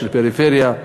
של הפריפריה.